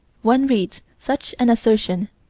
one reads such an assertion,